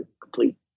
complete